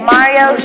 Mario